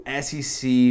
SEC